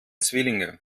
zwillinge